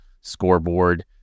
scoreboard